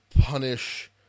punish